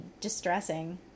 distressing